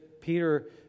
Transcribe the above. Peter